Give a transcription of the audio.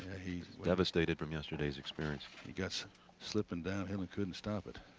he's devastated from yesterday's experience. gets slipping down and we couldn't stop it